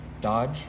dodge